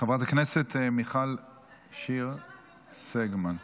חברת הכנסת מיכל שיר סגמן.